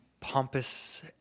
pompous